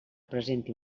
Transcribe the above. presenti